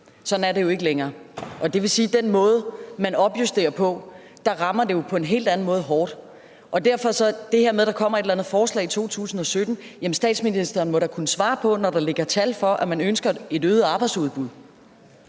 Sådan er det jo ikke længere. Det vil sige, at med den måde, man opjusterer på, rammer det jo på en hel anden måde hårdt. Til det her med, at der kommer et eller andet forslag i 2017, vil jeg sige, at statsministeren da må kunne give et svar, når der ligger tal for, at man ønsker et øget arbejdsudbud.